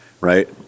right